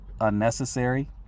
unnecessary